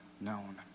known